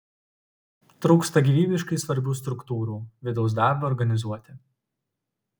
trūksta gyvybiškai svarbių struktūrų vidaus darbui organizuoti